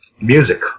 music